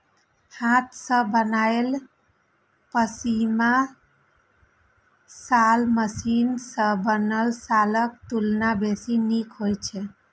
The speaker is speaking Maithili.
हाथ सं बनायल पश्मीना शॉल मशीन सं बनल शॉलक तुलना बेसी नीक होइ छै